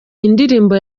indirimbo